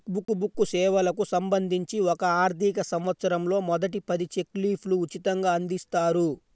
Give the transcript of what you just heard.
check book సేవలకు సంబంధించి ఒక ఆర్థికసంవత్సరంలో మొదటి పది చెక్ లీఫ్లు ఉచితంగ అందిస్తారు